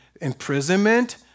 imprisonment